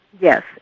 Yes